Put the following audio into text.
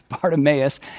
Bartimaeus